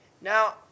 Now